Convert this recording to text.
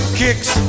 kicks